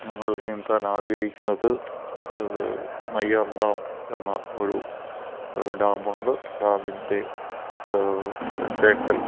ഞങ്ങൾ നീന്താൻ ആഗ്രഹിക്കുന്നത് ഒരു നെയ്യാർ ഡാം എന്ന ഒരു ഡാമുണ്ട് ഡാമിൻ്റെ തേക്കൽ